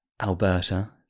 alberta